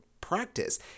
practice